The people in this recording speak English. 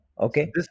okay